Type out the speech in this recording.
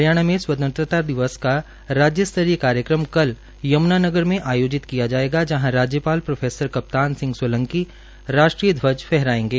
हरयिाणा में स्वतंत्रता दिवस का राज्य स्त्रीय कार्यक्रम कल यमुनानगर में आयोजित किया जायेगा जहां राज्यपाल प्रो कप्तान सिंह सोलंकी राष्ट्रीय घ्वज फहरायेंगे